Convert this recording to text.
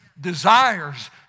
desires